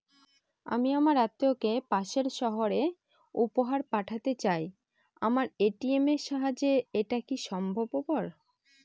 আমি আমার আত্মিয়কে পাশের সহরে উপহার পাঠাতে চাই আমার এ.টি.এম এর সাহায্যে এটাকি সম্ভবপর?